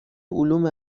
علوم